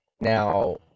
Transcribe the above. Now